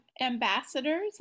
ambassadors